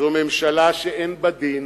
זו ממשלה שאין בה דין